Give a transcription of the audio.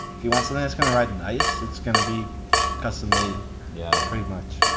if you want something that's gonna ride nice, it's gonna be custom made yeah pretty much.